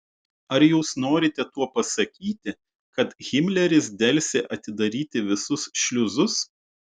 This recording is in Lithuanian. ar jūs norite tuo pasakyti kad himleris delsė atidaryti visus šliuzus